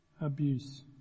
abuse